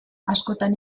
askotan